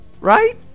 right